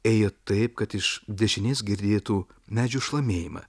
ėjo taip kad iš dešinės girdėtų medžių šlamėjimą